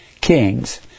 kings